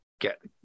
get